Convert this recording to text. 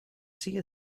see